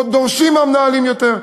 דורשים מהמנהלים יותר.